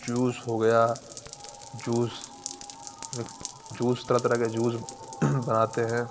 juice ہو گیا juice juice طرح طرح کے جوس بناتے ہیں